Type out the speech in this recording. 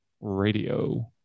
radio